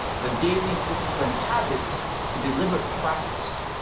of the daily, discipline habits through deliberate practice.